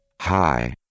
Hi